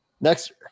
next